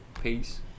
Peace